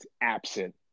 absent